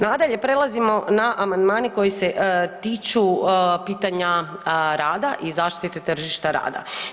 Nadalje, prelazimo na amandmane koji se tiču pitanja rada i zaštite tržišta rada.